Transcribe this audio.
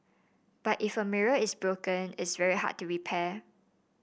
but if a mirror is broken it's very hard to repair